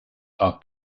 are